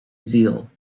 zeal